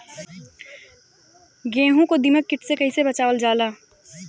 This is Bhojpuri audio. गेहूँ को दिमक किट से कइसे बचावल जाला?